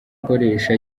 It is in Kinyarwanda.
akoresha